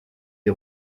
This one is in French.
des